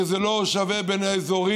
כי זה לא שווה בין האזורים,